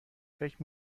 فکر